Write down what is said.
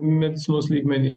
medicinos lygmenį